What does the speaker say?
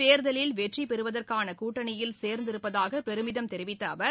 தேர்தலில் வெற்றி பெறுவதற்கான கூட்டணியில் சேர்ந்திருப்பதாக பெருமிதம் தெரிவித்த அவர்